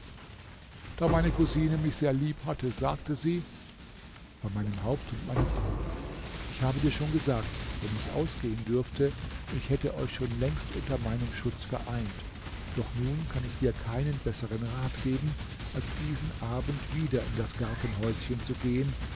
da meine cousine mich sehr lieb hatte sagte sie bei meinem haupt und meinen augen ich habe dir schon gesagt wenn ich ausgehen dürfte ich hätte euch schon längst unter meinem schutz vereint doch nun kann ich dir keinen besseren rat geben als diesen abend wieder in das gartenhäuschen zu gehen